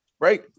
right